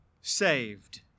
saved